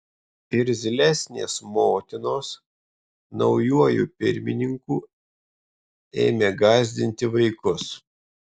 irzlesnės motinos naujuoju pirmininku ėmė gąsdinti vaikus